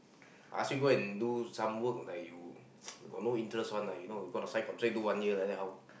ask you go and do some work like you got no interest one lah you know you got to sign contract do one year like that how